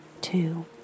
Two